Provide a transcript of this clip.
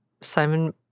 Simon